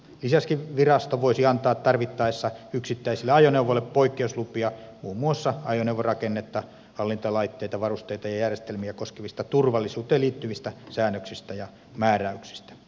lisäksi virasto voisi antaa tarvittaessa yksittäisille ajoneuvoille poikkeuslupia muun muassa ajoneuvon rakennetta hallintalaitteita varusteita ja järjestelmiä koskevista turvallisuuteen liittyvistä säännöksistä ja määräyksistä